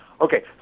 Okay